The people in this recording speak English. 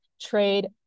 Trade